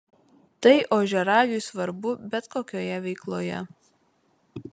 tai ožiaragiui svarbu bet kokioje veikloje